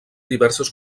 diverses